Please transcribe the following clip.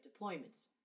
deployments